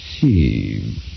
see